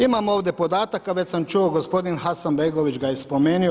Imamo ovdje podataka, već sam čuo, gospodin Hasanbegović da je spomenuo.